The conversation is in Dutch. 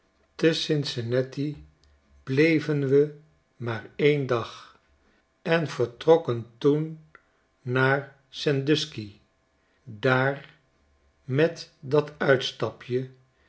te cincinnati bleven we maar een dag en vertrokken toen naar sandusky daar met dat uitstapje